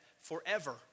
forever